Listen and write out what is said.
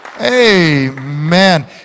Amen